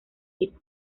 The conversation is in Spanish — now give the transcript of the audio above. tipo